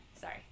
Sorry